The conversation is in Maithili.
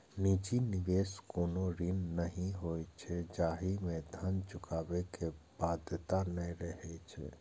निजी निवेश कोनो ऋण नहि होइ छै, जाहि मे धन चुकाबै के बाध्यता नै रहै छै